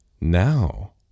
now